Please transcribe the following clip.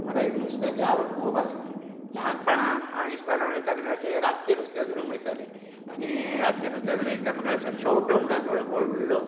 म्हाका एक नुस्त्याची आवड खूब आसली ल्हानपणान हांव इस्कॉलान वयता तेन्ना अशें रातचे नुस्तें धरूंक वयताले आनी रातचे नुस्तें धरून एक तर म्हाका शेंवटो म्हणान मेळ्ळो व्हडलो